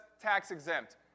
tax-exempt